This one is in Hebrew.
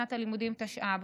משנת הלימודים תשע"ב,